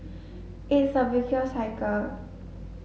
it is a cycle